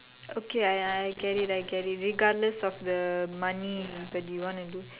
okay I I get it I get it regardless of the money but you want to do